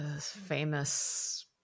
famous